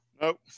Nope